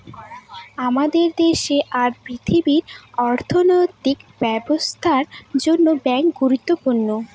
আমাদের দেশে আর পৃথিবীর অর্থনৈতিক ব্যবস্থার জন্য ব্যাঙ্ক গুরুত্বপূর্ণ